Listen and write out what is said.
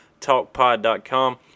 TalkPod.com